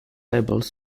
labels